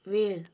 वेळ